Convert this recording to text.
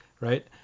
right